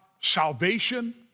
salvation